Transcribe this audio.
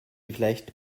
vielleicht